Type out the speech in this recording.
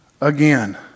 Again